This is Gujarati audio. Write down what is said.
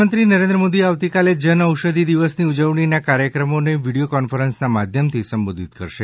પ્રધાનમંત્રી નરેન્દ્ર મોદી આવતીકાલે જન ઔષધિ દિવસની ઉજવણીના કાર્યક્રમોને વિડિયો કોન્ફરન્સના માધ્યમથી સંબોધિત કરશે